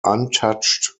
untouched